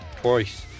Twice